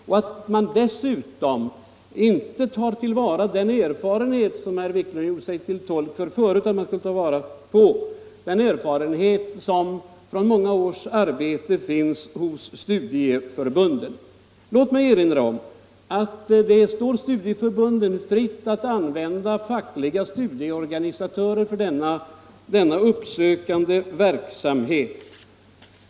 Dessutom tar man inte till vara den erfarenhet som herr Wiklund förut framhöll att man skulle ta vara på, den erfarenhet från många års arbete som finns hos studieförbunden. Låt mig erinra om att det står studieförbunden fritt att använda fackliga — Nr 83 studieorganisatörer för denna uppsökande verksamhet.